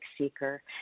Seeker